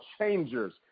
changers